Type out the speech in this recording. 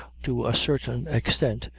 to a certain extent,